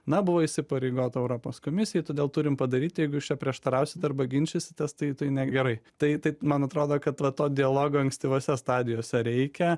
na buvo įsipareigota europos komisijai todėl turim padaryt jeigu jūs čia prieštarausit arba ginčysitės tai tai negerai tai tai man atrodo kad va to dialogo ankstyvose stadijose reikia